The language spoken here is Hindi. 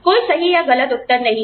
कोई सही या गलत उत्तर नहीं है